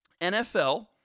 NFL